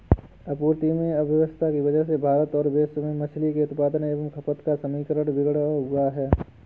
आपूर्ति में अव्यवस्था की वजह से भारत और विश्व में मछली के उत्पादन एवं खपत का समीकरण बिगड़ा हुआ है